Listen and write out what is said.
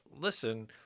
Listen